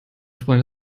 freund